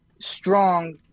strong